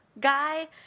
guy